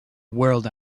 world